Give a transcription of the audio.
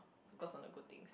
focus on the good things